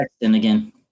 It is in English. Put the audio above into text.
again